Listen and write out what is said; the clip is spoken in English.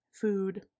food